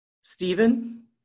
Stephen